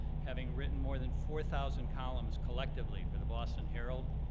having written more than four thousand columns collectively for the boston herald,